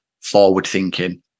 forward-thinking